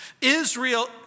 Israel